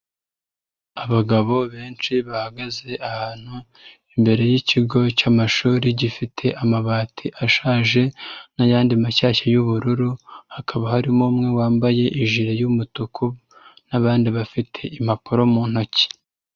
Abagabo benshi bahagaze ahantu imbere y'ikigo cy'amashuri gifite amabati ashaje n'ayandi mashyashya y'ubururu, hakaba harimo umwe wambaye ijiri y'umutuku n'abandi bafite impapuro mu ntoki.